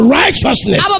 righteousness